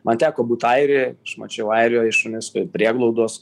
man teko būt airijoj aš mačiau airijoj šunis prieglaudos